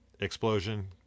explosion